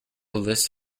list